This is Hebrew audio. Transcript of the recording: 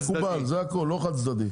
מקובל, לא חד צדדי.